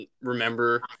remember –